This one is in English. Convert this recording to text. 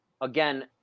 Again